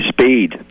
speed